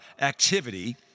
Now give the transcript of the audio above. activity